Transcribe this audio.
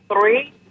three